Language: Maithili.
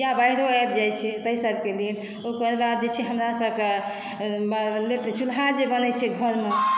या बाढ़िओ आबि जाइ छै ताहि सभक लेल ओकर बाद जे छै हमरा सभक चूल्हा जे बनै छै घरमे